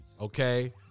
Okay